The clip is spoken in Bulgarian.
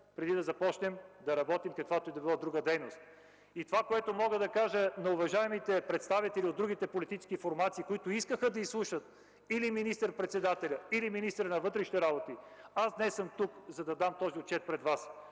преди да започнем да работим каквато и да било друга дейност. Мога да кажа на уважаемите представители от другите политически формации, които искаха да изслушат или министър председателя, или министъра на вътрешните работи, аз днес съм тук, за да дам този отчет пред Вас.